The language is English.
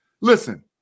Listen